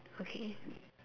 okay